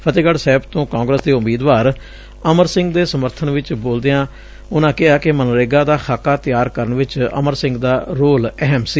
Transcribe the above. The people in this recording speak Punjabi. ਫਤਹਿਗਤ੍ ਸਾਹਿਬ ਤੋਂ ਕਾਂਗਰਸ ਦੇ ਉਮੀਦਵਾਰ ਅਮਰ ਸਿੰਘ ਦੇ ਸਮਰਬਨ ਚ ਬੋਲਦਿਆਂ ਕਿਹਾ ਕਿ ਮਨਰੇਗਾ ਦਾ ਖਾਕਾ ਤਿਆਰ ਕਰਨ ਵਿਚ ਅਮਰ ਸਿੰਘ ਦਾ ਰੋਲ ਅਹਿਮ ਸੀ